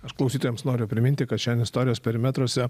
aš klausytojams noriu priminti kad šiandien istorijos perimetruose